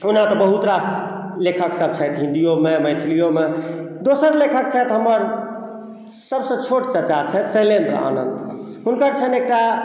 ओना तऽ बहुत रास लेखक सब छथिन हिन्दियो मे मैथिलियो मे दोसर लेखक छथि हमर सबसे छोट चचा छथि शैलेंद्र आनन्द हुनकर छनि एकटा